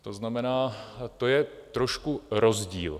To znamená to je trošku rozdíl.